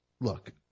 Look